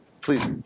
please